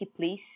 please